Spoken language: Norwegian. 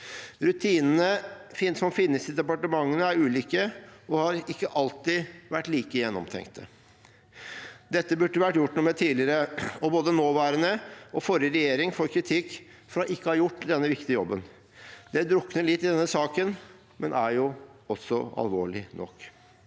Rutinene som finnes i departementene, er ulike og har ikke alltid vært like gjennomtenkte. Dette burde vært gjort noe med tidligere, og både nåværende og forrige regjering får kritikk for ikke å ha gjort denne viktige jobben. Det drukner litt i denne saken, men er jo alvorlig nok.